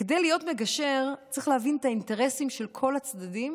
כדי להיות מגשר צריך להבין את האינטרסים של כל הצדדים